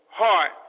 heart